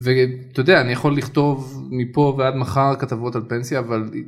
ואתה יודע אני יכול לכתוב מפה ועד מחר כתבות על פנסיה אבל...